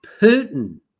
Putin